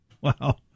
wow